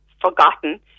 forgotten